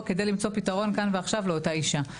כדי למצוא פיתרון כאן ועכשיו לאותה אישה.